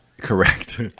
Correct